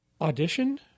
audition